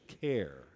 care